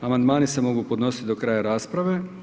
Amandmani se mogu podnositi do kraja rasprave.